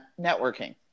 networking